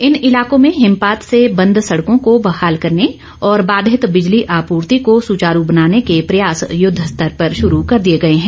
इन इलाकों में हिमपात से बंद सड़कों को बहाल करने और बाधित बिजली आपूर्ति को सुचारू बनाने के प्रयास युद्धस्तर पर शुरू कर दिए गए है